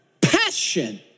passion